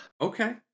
Okay